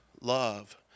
love